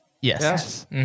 Yes